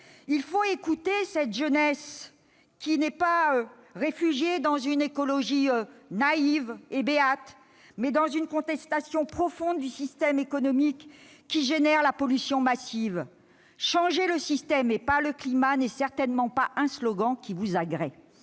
il faut écouter cette jeunesse qui n'est pas réfugiée dans une écologie naïve et béate, mais est animée par une contestation profonde du système économique qui engendre la pollution massive. Changer le système et pas le climat, ce n'est certainement pas un slogan qui vous agrée.